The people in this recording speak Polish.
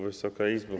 Wysoka Izbo!